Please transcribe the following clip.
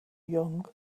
young